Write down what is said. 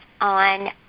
on